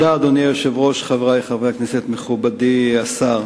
אדוני היושב-ראש, חברי חברי הכנסת, מכובדי השר,